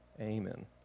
Amen